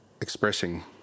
expressing